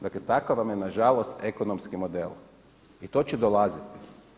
Dakle, takav vam je na žalost ekonomski model i to će dolaziti.